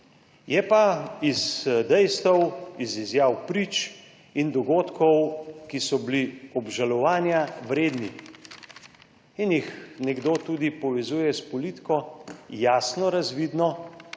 Je pa iz dejstev, iz izjav prič in dogodkov, ki so bili obžalovanja vredni in jih nekdo tudi povezuje s politiko. Jasno razvidno,